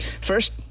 First